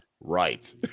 right